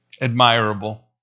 admirable